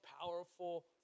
powerful